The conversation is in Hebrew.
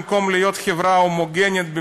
במקום שתהיה חברה הומוגנית,